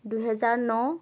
দুহেজাৰ ন